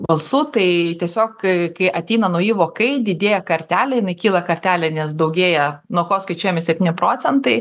balsų tai tiesiog kai ateina nauji vokai didėja kartelė jinai kyla kartelė nes daugėja nuo ko skaičiuojami septyni procentai